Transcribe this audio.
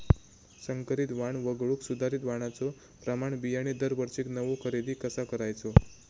संकरित वाण वगळुक सुधारित वाणाचो प्रमाण बियाणे दरवर्षीक नवो खरेदी कसा करायचो?